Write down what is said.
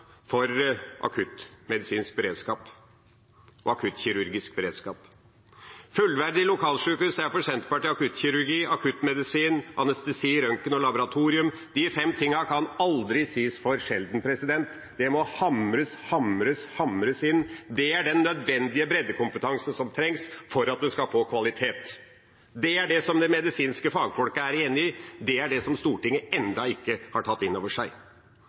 om akuttmedisinsk og akuttkirurgisk beredskap. Fullverdige lokalsjukehus er for Senterpartiet akuttkirurgi, akuttmedisin, anestesi, røntgen og laboratorium. De fem tingene kan ikke sies for ofte. De må hamres, hamres og hamres inn. Det er den nødvendige breddekompetansen som trengs for at en skal få kvalitet. Det er det de medisinske fagfolkene er enige om, og det er det Stortinget ennå ikke har tatt inn over seg.